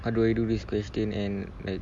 how do I do this question and like